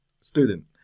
student